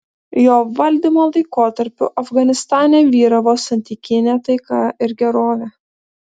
jo valdymo laikotarpiu afganistane vyravo santykinė taika ir gerovė